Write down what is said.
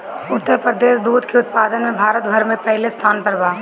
उत्तर प्रदेश दूध के उत्पादन में भारत भर में पहिले स्थान पर बा